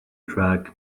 track